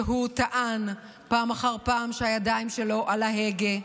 שטען פעם אחר פעם שהידיים שלו על ההגה.